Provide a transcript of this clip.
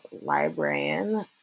librarian